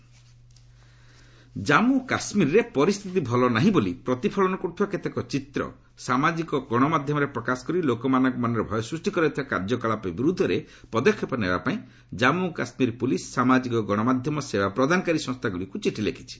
Pakistan fake media Jammu କାଶ୍ମୀରରେ ପରିସ୍ଥିତି ଭଲ ନାହିଁ ବୋଲି ପ୍ରତିଫଳନ କରୁଥିବା କେତେକ ଚିତ୍ର ସାମାଜିକ ଗଣମାଧ୍ୟମରେ ପ୍ରକାଶ କରି ଲୋକମାନଙ୍କ ମନରେ ଭୟ ସୃଷ୍ଟି କରାଯାଉଥିବା କାର୍ଯ୍ୟକଳାପ ବିରୋଧରେ ପଦକ୍ଷେପ ନେବାପାଇଁ ଜନ୍ମୁ କାଶ୍ମୀର ପୁଲିସ୍ ସାମାଜିକ ଗଣମାଧ୍ୟମ ସେବା ପ୍ରଦାନକାରୀ ସଂସ୍ଥାଗୁଡ଼ିକୁ ଚିଠି ଲେଖିଛି